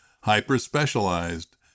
hyper-specialized